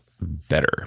better